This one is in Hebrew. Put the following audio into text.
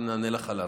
ונענה לך עליו.